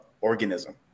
organism